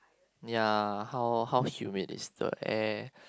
ya how how humid is the air